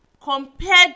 compared